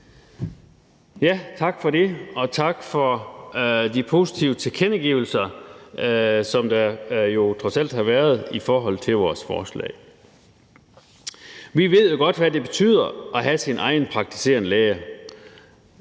Tak for det, og tak for de positive tilkendegivelser, som der jo trods alt har været i forhold til vores forslag. Vi ved jo godt, hvad det betyder at have sin egen praktiserende læge.